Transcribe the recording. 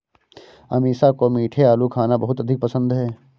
अमीषा को मीठे आलू खाना बहुत अधिक पसंद है